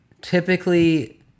typically